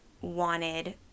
wanted